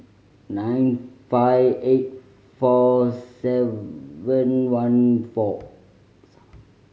nine five eight four seven one four